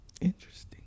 interesting